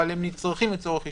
אבל הם נצרכים לצורך אישורים,